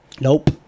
Nope